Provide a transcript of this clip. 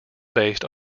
based